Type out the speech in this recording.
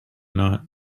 not